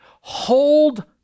hold